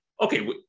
okay